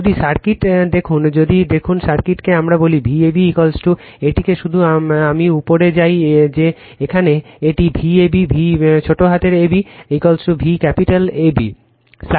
যদি সার্কিটটি দেখুন যদি দেখুন সার্কিটটিকে আমরা বলি Vab এটিকে শুধু আমি উপরে যাই যে এখানে এটি Vab V ছোটহাতের ab V ক্যাপিটাল AB